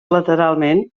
lateralment